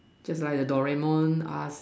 just like the Doraemon ask